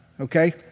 Okay